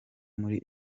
muri